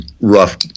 rough